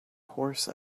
horse